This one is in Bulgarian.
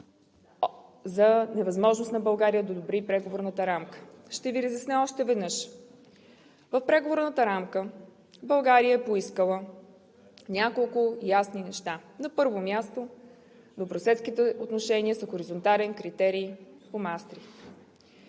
за невъзможност на България да одобри преговорната рамка. Ще Ви разясня още веднъж. В преговорната рамка България е поискала няколко ясни неща. На първо място, добросъседските отношения са хоризонтален критерий по Маастрихт.